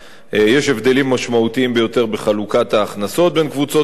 יש הבדלים משמעותיים ביותר בחלוקת ההכנסות בין קבוצות אוכלוסייה,